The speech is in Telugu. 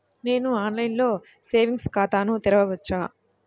నేను ఆన్లైన్లో సేవింగ్స్ ఖాతాను తెరవవచ్చా?